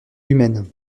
humaine